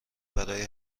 برای